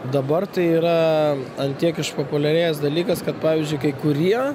dabar tai yra ant tiek išpopuliarėjęs dalykas kad pavyzdžiui kai kurie